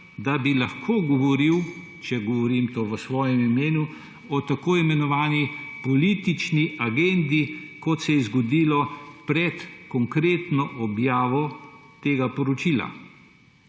da bi lahko govoril, če govorim v svojem imenu, o tako imenovani politični agendi, kot se je zgodila pred konkretno objavo tega poročila.